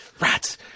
Rats